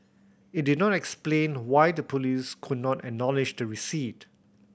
it did not explain why the police could not acknowledge receipt